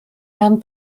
herrn